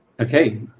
Okay